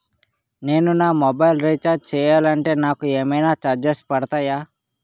నేను నా mobile recharge చేయాలంటే నాకు ఏమైనా చార్జెస్ పడతాయా?